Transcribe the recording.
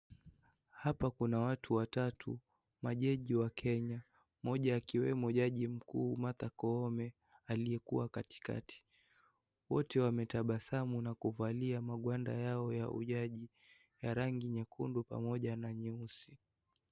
Hapa kuna watu watatu wenyeji wa Kenya moja akiwemo jaji mkuu Martha Koome aliyekuwa katikati wote wametabasamu na kuvalia magwada yao ya ujaji ya rangi nyekundu pamoja na nyeusi.